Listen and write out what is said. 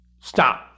stop